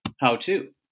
How-to